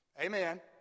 Amen